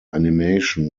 animation